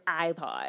iPod